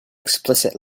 explicit